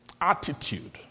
attitude